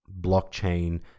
blockchain